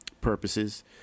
purposes